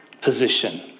position